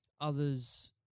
others